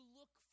look